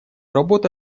работу